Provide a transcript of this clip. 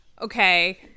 Okay